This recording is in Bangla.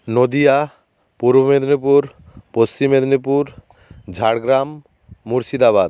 নদীয়া পূর্ব মেদিনীপুর পশ্চিম মেদিনীপুর ঝাড়গ্রাম মুর্শিদাবাদ